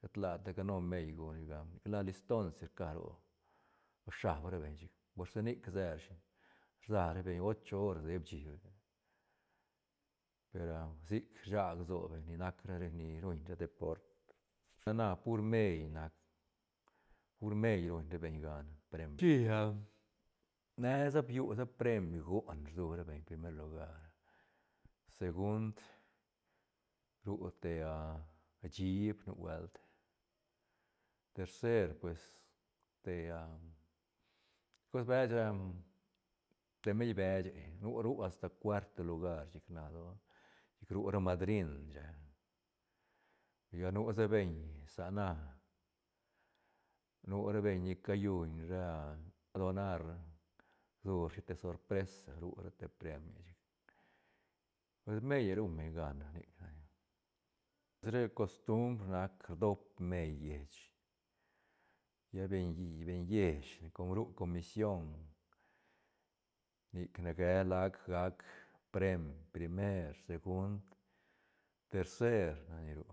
Shet ladi ta cano meil guñ rashi gan nic la liston si rca lo shaab ra beñ chic por si nic se rashi rsa ra beñ ocho horas dep shí hui la per a sic rsag lso beñ ni nac ra beñ ni ruñ ra deport lla na pur meil nac pur meil ruñ ra beñ gan preim ne sa biu sa preim goon rsu ra beñ primer lugar segund ru te ah chiib nubuelt tercer pues te am choc beche te meil beche nu ru asta cuerto lugar chic rna lsoa chic ru ra madrin chic ra lla nu sa beñ sa na nu ra beñ ni cayun ra ah donar rsu rashi te sorpresa ru rate premie chic pues meil rum beñ gan nic na ni sa re costumbr nac rdob meil lleich lla beñ i- beñ lleich com ru comision nic ne ge lac gac preim primer segund tercer nac ni ru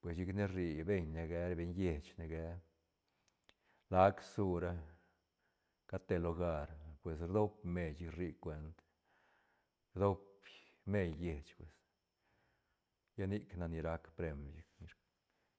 pues chic ne rri beñ ne ge ra beñ lleich ne ge lac su ra cat te lugar pues rdop meil chic rri cuent dop meil lleich pues lla nic nac ni rac preim chic.